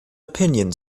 opinion